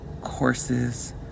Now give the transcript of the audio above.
Courses